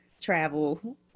travel